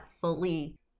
fully